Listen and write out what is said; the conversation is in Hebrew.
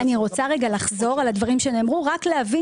אני רוצה לחזור על הדברים שנאמרו רק להבין